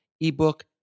ebook